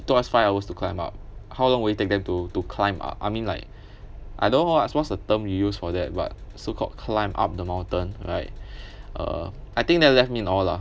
it took us five hours to climb up how long will it take them to to climb up I mean like I don't know what's what's the term you used for that but so called climbed up the mountain right uh I think that left me in awe lah